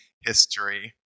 history